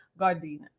Gardena